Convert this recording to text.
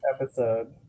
episode